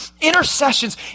Intercessions